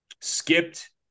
skipped